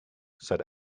said